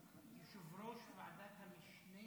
יושב-ראש ועדת המשנה